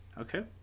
Okay